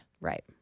right